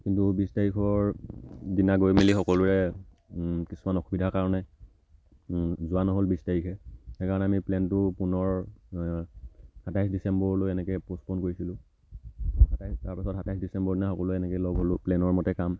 কিন্তু বিছ তাৰিখৰ দিনা গৈ মেলি সকলোৰে কিছুমান অসুবিধাৰ কাৰণে যোৱা নহ'ল বিছ তাৰিখে সেইকাৰণে আমি প্লেনটো পুনৰ সাতাইছ ডিচেম্বৰলৈ এনেকৈ প'ষ্টপ'ন কৰিছিলোঁ সাতাইছ তাৰপিছত সাতাইছ ডিচেম্বৰ দিনা সকলোৱে এনেকৈ লগ হ'লোঁ প্লেনৰ মতে কাম